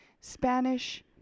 Spanish